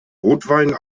rotwein